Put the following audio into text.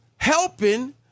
Helping